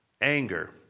anger